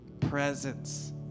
Presence